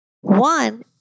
One